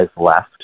left